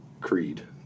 creed